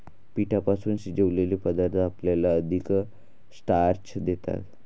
पिठापासून शिजवलेले पदार्थ आपल्याला अधिक स्टार्च देतात